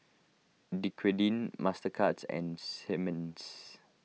Dequadin Mastercards and Simmons